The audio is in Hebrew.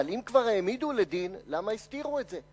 אבל אם כבר העמידו לדין, אז למה הסתירו את זה?